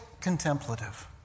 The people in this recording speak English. contemplative